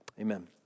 Amen